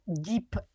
deep